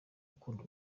ukunda